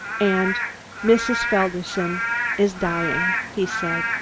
and mrs. felderson is dying, he said.